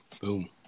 Boom